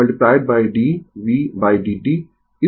इसलिए मुझे इसे साफ करने दें